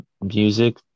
music